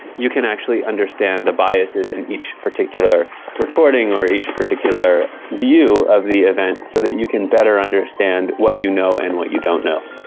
you can actually understand the biases in each particular recording or each particular view of the event so that you can better understand what you know and what you don't know.